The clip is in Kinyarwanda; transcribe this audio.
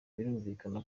birumvikana